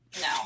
No